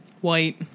White